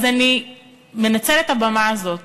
אז אני מנצלת את הבמה הזאת